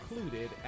included